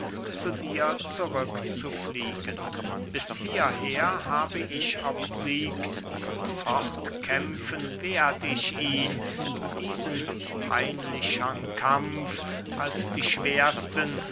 zu dir zurück zu fliegen bis hieher habe ich obgesiegt und fortkämpfen werd ich ihn diesen peinlichern kampf als die schwersten